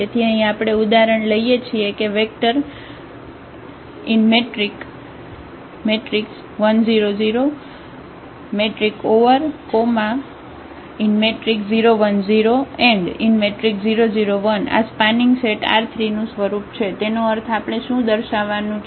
તેથી અહી આપણે ઉદાહરણ લઈએ છીએ કે વેક્ટર 1 0 0 0 1 0 0 0 1 આ સ્પાનિંગ સેટ R3 નું સ્વરૂપ છે તેનો અર્થ આપણે શુ દર્શાવવાનું છે